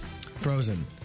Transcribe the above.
Frozen